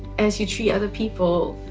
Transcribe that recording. as you treat other people,